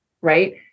right